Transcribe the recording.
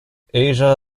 asia